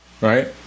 Right